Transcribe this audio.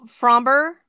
Fromber